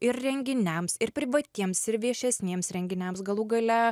ir renginiams ir privatiems ir viešesniems renginiams galų gale